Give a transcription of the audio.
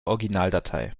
originaldatei